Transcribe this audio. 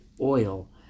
oil